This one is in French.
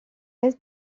ouest